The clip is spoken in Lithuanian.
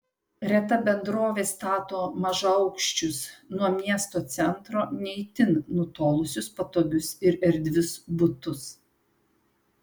reta bendrovė stato mažaaukščius nuo miesto centro ne itin nutolusius patogius ir erdvius butus